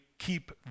keep